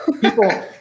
people